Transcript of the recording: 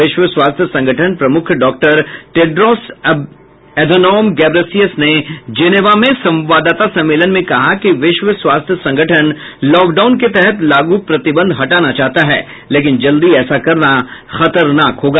विश्व स्वास्थ्य संगठन प्रमुख डॉक्टर टेड्रोस एधेनोम गेब्रेयासिस ने जिनेवा में संवाददाता सम्मेलन में कहा कि विश्व स्वास्थ्य संगठन लॉकडाउन के तहत लागू प्रतिबंध हटाना चाहता है लेकिन जल्दी ऐसा करना खतरनाक होगा